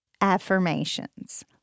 affirmations